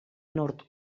nord